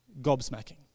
gobsmacking